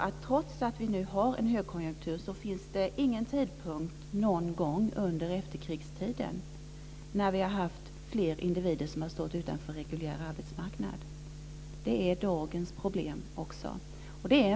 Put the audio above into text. Trots att vi nu har en högkonjunktur så finns det ingen tidpunkt någon gång under efterkrigstiden när vi har haft fler individer som har stått utanför reguljär arbetsmarknad. Det är dagens problem.